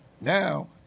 Now